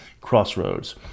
crossroads